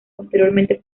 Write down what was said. posteriormente